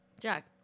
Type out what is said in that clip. Jack